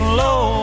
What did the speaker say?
low